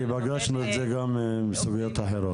כי פגשנו את זה גם בסוגיות אחרות.